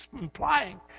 implying